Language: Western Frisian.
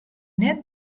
net